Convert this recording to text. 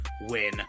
win